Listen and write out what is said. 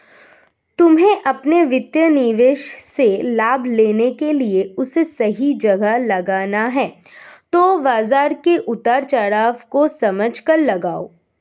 तुम्हे अपने वित्तीय निवेश से लाभ लेने के लिए उसे सही जगह लगाना है तो बाज़ार के उतार चड़ाव को समझकर लगाओ